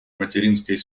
материнской